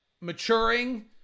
maturing